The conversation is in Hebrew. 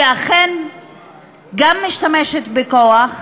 היא אכן גם משתמשת בכוח,